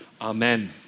Amen